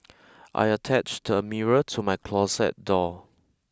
I attached a mirror to my closet door